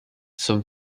zum